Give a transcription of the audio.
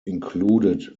included